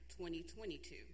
2022